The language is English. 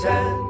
Ten